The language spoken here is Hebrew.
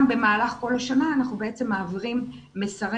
גם במהלך כל השנה אנחנו בעצם מעבירים מסרים,